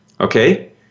okay